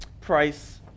price